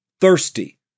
thirsty